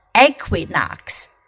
equinox